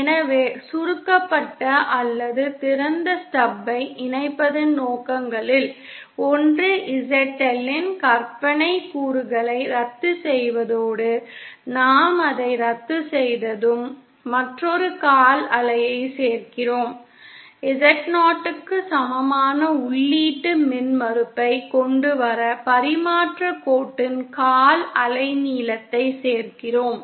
எனவே சுருக்கப்பட்ட அல்லது திறந்த ஸ்டப்பை இணைப்பதன் நோக்கங்களில் ஒன்று ZL இன் கற்பனைக் கூறுகளை ரத்து செய்வதோடு நாம் அதை ரத்துசெய்ததும் மற்றொரு கால் அலையை சேர்க்கிறோம் Z0 க்கு சமமான உள்ளீட்டு மின்மறுப்பைக் கொண்டுவர பரிமாற்றக் கோட்டின் கால் அலைநீளத்தைச் சேர்க்கிறோம்